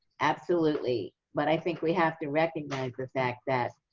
absolutely. but i think we have to recognize the fact that,